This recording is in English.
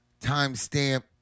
timestamp